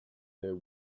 their